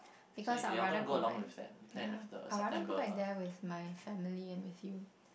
because I would rather go back ya I would rather go back there with my family and with you